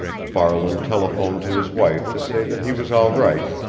farland telephoned to his wife to say that he was all right,